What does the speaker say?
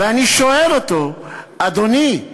ואני שואל אותו: אדוני,